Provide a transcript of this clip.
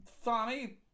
funny